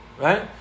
right